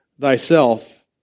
thyself